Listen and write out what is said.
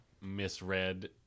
misread